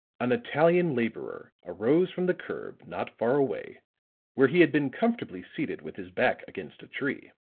an italian laborer arose from the curb not far away where he had been comfortably seated with his back against a tree